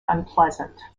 unpleasant